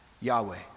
Yahweh